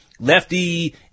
Lefty